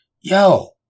yo